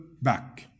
back